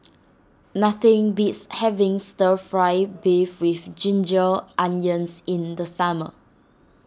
nothing beats having Stir Fry Beef with Ginger Onions in the summer